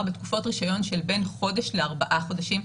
בתקופת רישיון של בין חודש ל-4 חודשים.